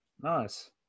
Nice